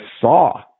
saw